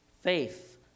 faith